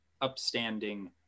upstanding